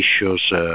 issues